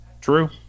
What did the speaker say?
True